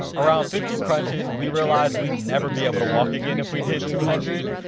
around fifty crunches, we realize we'd never be able to walk again if we did two hundred.